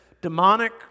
demonic